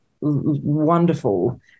wonderful